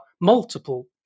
multiple